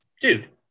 dude